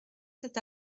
cet